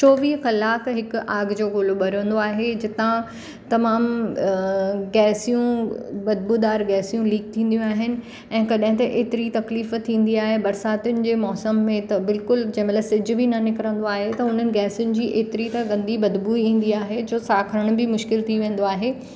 चोवीह कलाक हिकु आग जो ॻोलो ॿरंदो आहे जितां तमामु गैसियूं बदबूदारु गैसियूं लीक थींदियूं आहिनि ऐं कॾहिं त एतिरी तकलीफ़ु थींदी आहे बरिसातुनि जे मौसम में त बिल्कुलु जंहिंमहिल सिजु बि न निकिरंदो आहे त हुननि गैसुनि जी एतिरी त गंदी बदबू ईंदी आहे जो साहु खणणु बि मुश्किलु थी वेंदो आहे